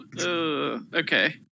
Okay